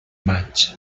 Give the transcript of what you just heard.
maig